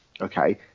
okay